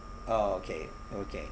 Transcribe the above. oh okay okay